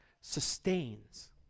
sustains